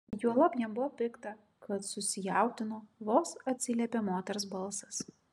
juolab jam buvo pikta kad susijaudino vos atsiliepė moters balsas